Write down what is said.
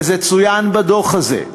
וזה צוין בדוח הזה,